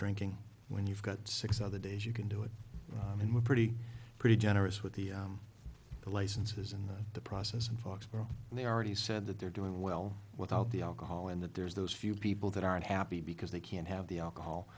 drinking when you've got six other days you can do it i mean we're pretty pretty generous with the licenses and the process folks and they already said that they're doing well without the alcohol and that there's those few people that aren't happy because they can't have the alcohol